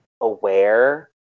aware